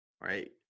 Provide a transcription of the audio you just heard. right